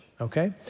okay